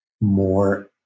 more